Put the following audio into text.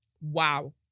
Wow